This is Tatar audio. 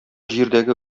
җирдәге